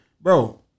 Bro